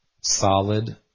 solid